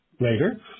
later